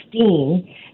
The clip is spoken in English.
2016